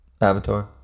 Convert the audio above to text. avatar